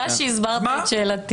תודה שהסברת את שאלתי.